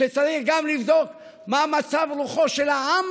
שצריך גם לבדוק מה מצב רוחו של העם